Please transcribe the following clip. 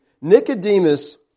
Nicodemus